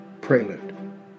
Prelude